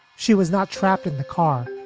she was not trapped in the car.